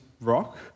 rock